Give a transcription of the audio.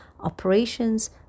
operations